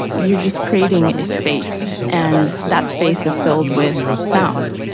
you're just creating a space and that space is filled with sound.